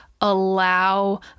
allow